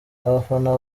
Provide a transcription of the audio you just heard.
abafana